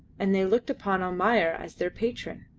and they looked upon almayer as their patron.